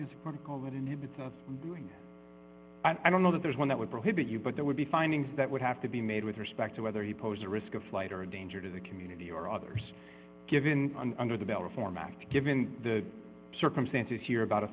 doing i don't know that there is one that would prohibit you but there would be findings that would have to be made with respect to whether he posed a risk of flight or a danger to the community or others given under the bill reform act given the circumstances here about a